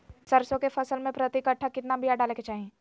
सरसों के फसल में प्रति कट्ठा कितना बिया डाले के चाही?